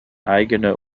eigene